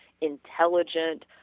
intelligent